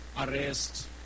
arrest